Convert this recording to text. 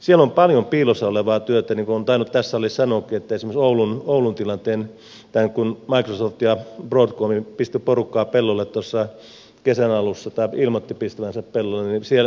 siellä on paljon piilossa olevaa työtä niin kuin olen tainnut tässä salissa sanoakin ja otan esimerkiksi oulun tilanteen tämän kun microsoft ja broadcom pistivät porukkaa pellolle tuossa kesän alussa tai ilmoittivat pistävänsä pellolle